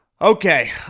Okay